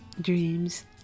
dreams